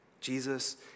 Jesus